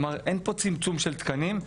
אין פה צמצום של תקנים.